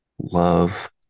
love